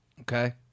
Okay